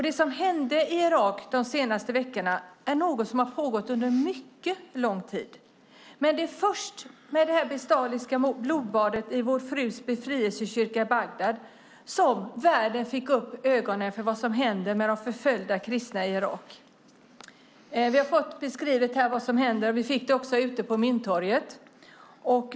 Det som hände i Irak de senaste veckorna har egentligen pågått under mycket lång tid, men det är först med det bestialiska blodbadet i Vår frus befrielsekyrka i Bagdad som världen fick upp ögonen för vad som händer med de förföljda kristna i Irak. Vi har här fått beskrivet vad som händer, och det fick vi också på Mynttorget.